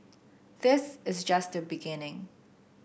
this is just the beginning